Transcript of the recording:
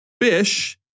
fish